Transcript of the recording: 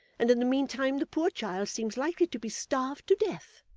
and in the meantime the poor child seems likely to be starved to death.